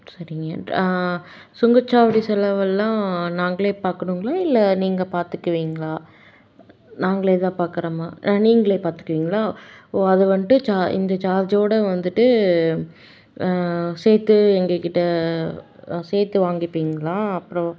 சரிங்க சுங்கச்சாவடி செலவெல்லாம் நாங்களே பார்க்கணுங்களா இல்லை நீங்கள் பார்த்துக்குவீங்களா நாங்களே தான் பார்க்கறமா ஆ நீங்களே பார்த்துக்குவீங்களா ஓ அதை வந்துட்டு சா இந்த சார்ஜோட வந்துட்டு சேர்த்து எங்கக்கிட்ட சேர்த்து வாங்கிப்பீங்களா அப்புறம்